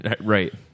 right